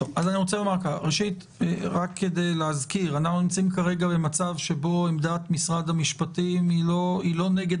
רק אזכיר, עמדת משרד המשפטים היא לא נגד